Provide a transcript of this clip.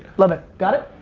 love it. got it?